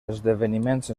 esdeveniments